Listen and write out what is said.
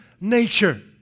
nature